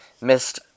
missed